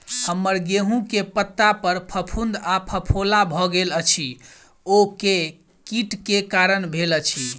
हम्मर गेंहूँ केँ पत्ता पर फफूंद आ फफोला भऽ गेल अछि, ओ केँ कीट केँ कारण भेल अछि?